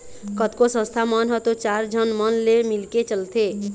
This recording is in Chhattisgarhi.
कतको संस्था मन ह तो चार झन मन ले मिलके चलथे